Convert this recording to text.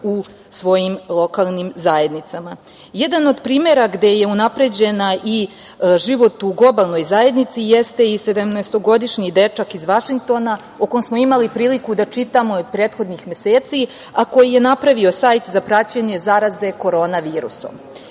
u svojim lokalnim zajednicama. Jedan od primera gde je unapređen i život u globalnoj zajednici jeste i sedamnaestogodišnji dečak iz Vašingtona, o kome smo imali priliku da čitamo prethodnih meseci, a koji je napravio sajt za praćenje zaraze korona virusom. Upravo